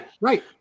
Right